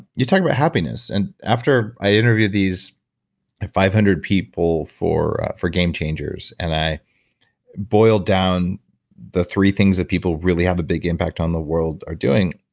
you're talking about happiness. and after i interviewed these five hundred people for for game changers and i boiled down the three things that people really have a big impact on the world are doing,